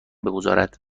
بگذارد